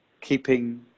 keeping